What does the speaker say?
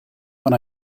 when